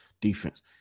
defense